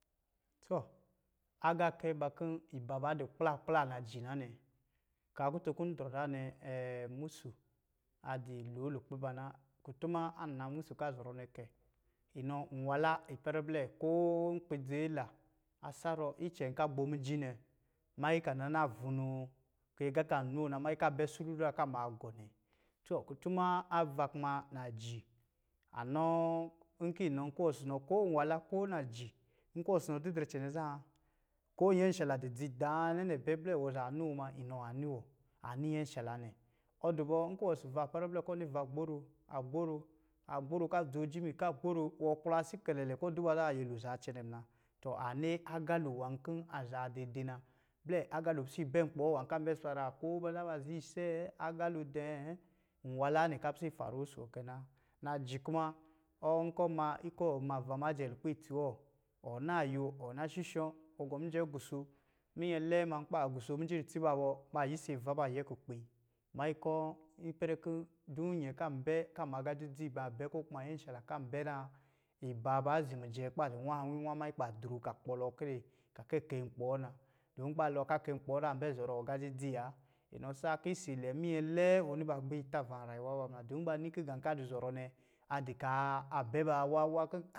Tɔ, agaakɛ na kɔ̄ iba ba di kpla ikpla naji na nɛ. Kaa kutun kɔ̄ n drɔ zaa nɛ, musu a di lo lukpɛ ba na. kutuma ana musu ka zɔrɔ nɛ nɔ kɛ, inɔ nwala ipɛrɛ blɛ koo nkpi dziila, a sarɔ icɛ ka a gbomiji nɛ manyi ka naa na vunoo kɛ agā kan noo na manyi ka bɛ sululu ka maa gɔ nɛ. Tɔ kutuma ava kuma naji anɔɔ nki nɔ ko wɔ si nɔ ko nwala, ko naji, nkɔ wɔ si nɔ didrɛ cɛnɛ zan, ko nyɛshala di dzi daanɛ nɛ bɛ blɛ wɔ zaa nɔɔ ma, inɔ a ni wo, a ni nyɛshala nɛ. ɔ di bɔ, nkɔ wɔ si va ipɛrɛ blɛ kɔ̄ ɔ ni va gboro, a gboro, a gboro, wɔ pla si kɛlɛlɛ kɔ duba zan, nyɛlo zaa cɛnɛ muna. Tɔ a ni agalo nwā kɔ̄ a za dɛdɛ na, blɛ agalo si bɛ nkpi wɔ wa ka bɛ swaraa, ko ba viisce, agalo dɛ̄ ɛɛ nwala nɛ ka pise faru si wɔ kɛ na. Naji kuma, ɔ nkɔ ma nki wɔ ma va majɛ lukpɛ itsi wɔ, ɔ naa yo, ɔ na shushɔ̄, ɔ gɔ mijɛ guso, minyɛ iɛɛ ma nkɔ̄ ba guso mijri tsi ba bɔ, yise va ba yɛ kukpi, manyi kɔ̄ ipɛrɛ kɔ̄ du nyɛ ka bɛ ka ma agā dzidzi ma bɛ, ko kuma nyɛshala kan bɛ zaa, iba ba zi mijɛ kuba di nwawinwa manyi kuba dro ka kpɔlɔ kɛrɛ ka kɛ kɛɛ nkpi wɔ na, du nkɔ̄ ba lɔɔ ka kɛ nkpi wɔ an bɛ zɔrɔ aga dzidzi wa. lnɔ saa ki isilɛ minyɛ lɛɛ ɔ ni ba gbi ta va n rayuwa ba ma, du ba ni kin gā ka di zɔrɔ nɛ a di kaa a bɛ ba wawa kɔ̄.